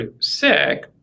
sick